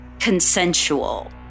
consensual